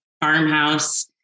farmhouse